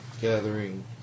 gathering